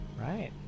Right